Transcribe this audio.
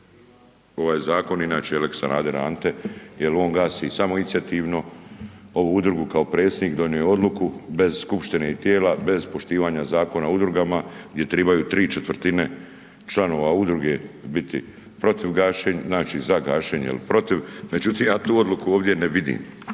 ovaj zakon je inače lex Sanader Ante jer on gasi samoinicijativno ovu udrugu kao predsjednik. Donio je odluku bez skupštine i tijela, bez poštivanja zakona o udrugama gdje tribaju 3/4 članova udruge biti protiv gašenja, znači za gašenje ili protiv, međutim ja tu odluku ovdje ne vidim.